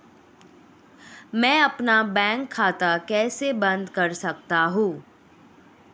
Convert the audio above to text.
मैं अपना बैंक खाता कैसे बंद कर सकता हूँ?